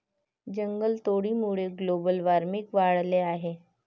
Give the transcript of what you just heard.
जंगलतोडीमुळे global warming वाढले आहे